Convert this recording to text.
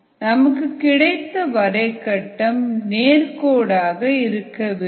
ln cc cO2 vs t நேர்கோடாக இருக்க வேண்டும்